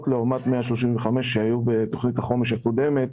לעומת 135 מיליון שהיו בתכנית החומש הקודמת.